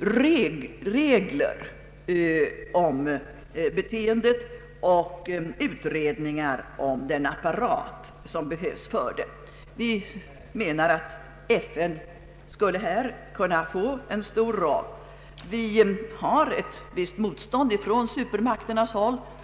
regler för staternas beteenden och utredningar om den apparat som behövs för fullständigare internationalisering. Vi menar att FN här skulle kunna få en stor roll. Ett visst motstånd möter från supermakternas håll.